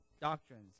doctrines